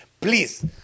please